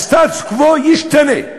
הסטטוס-קוו ישתנה,